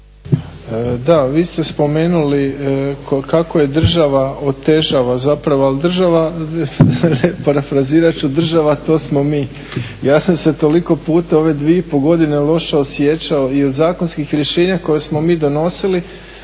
Da, vi ste spomenuli kako država otežava zapravo ali država, parafrazirat ću, država to smo mi. Ja sam se toliko puta u ove 2,5 godine loše osjećao i od zakonskih rješenja koja smo mi donosili